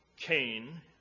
Cain